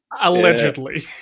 Allegedly